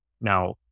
Now